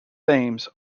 thames